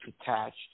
attached